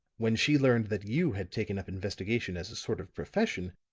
when she learned that you had taken up investigation as a sort of profession,